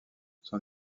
son